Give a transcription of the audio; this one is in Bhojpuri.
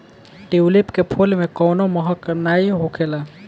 ट्यूलिप के फूल में कवनो महक नाइ होखेला